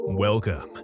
Welcome